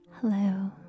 Hello